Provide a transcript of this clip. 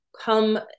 come